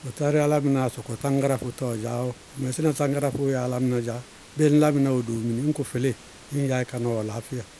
Bʋ tádé álámɩnáá sɔkɔ táñgáráfʋ tá ŋdzaá bɔɔ. Bʋ mɛsɩná táñgáráfʋ'ʋ yɛ álámɩná dzá, bɩɩ ŋñlámɩná wɛ doomini, ñ kʋ fɩlɩɩ ñ yayɩ ka ná ɔɔ laáfɩya.